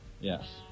Yes